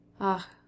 Ah